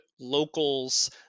locals